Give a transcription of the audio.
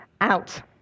out